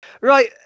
Right